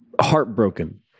heartbroken